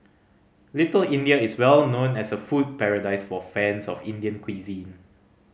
Little India is well known as a food paradise for fans of Indian cuisine